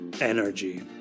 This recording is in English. energy